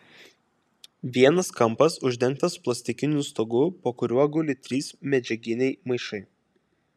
vienas kampas uždengtas plastikiniu stogu po kuriuo guli trys medžiaginiai maišai